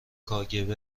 کاگب